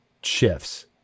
shifts